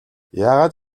яагаад